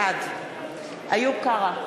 בעד איוב קרא,